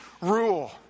rule